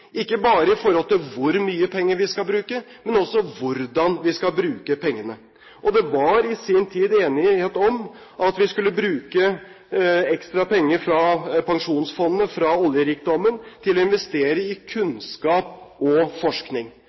ikke bare i forhold til hvor mye penger vi skal bruke, men også hvordan vi skal bruke pengene. Det var i sin tid enighet om at vi skulle bruke ekstra penger fra Pensjonsfondet, fra oljerikdommen, til å investere i kunnskap og forskning.